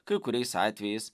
kai kuriais atvejais